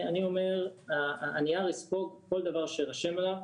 אני אומר הנייר יספוג כל דבר שיירשם עליו,